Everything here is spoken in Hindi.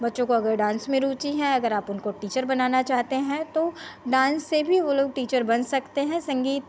बच्चों को अगर डान्स में रुचि है अगर आप उनको टीचर बनाना चाहते हैं तो डान्स से भी वह लोग टीचर बन सकते हैं संगीत